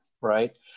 right